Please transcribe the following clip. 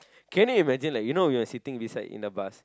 can you imagine like you know we are sitting beside in the bus